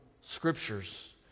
scriptures